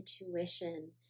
intuition